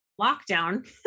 lockdown